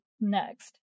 next